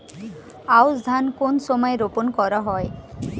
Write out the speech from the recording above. আউশ ধান কোন সময়ে রোপন করা হয়?